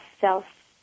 self